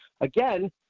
again